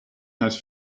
has